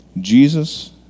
Jesus